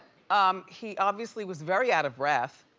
um he obviously was very out of breath